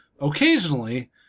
Occasionally